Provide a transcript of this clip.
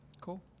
cool